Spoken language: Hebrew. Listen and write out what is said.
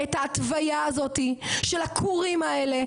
את ההתוויה הזאת של הכורים האלה,